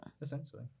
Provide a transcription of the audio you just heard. Essentially